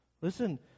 Listen